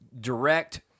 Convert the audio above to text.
Direct